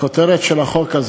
הכותרת של החוק הזה